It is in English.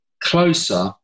closer